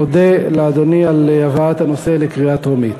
אודה לאדוני על הבאת הנושא לקריאה טרומית.